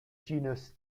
genus